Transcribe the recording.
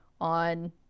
on